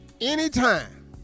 Anytime